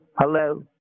Hello